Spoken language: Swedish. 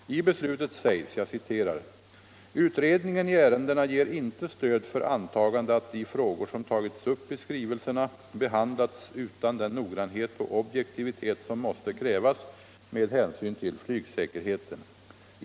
I beslutet sägs: "Utredningen i ärendena ger inte stöd för antagande att de frågor som tagits upp i skrivelserna behandlats utan den noggrannhet och objektivitet som måste krävas med hänsyn till flygsäkerheten.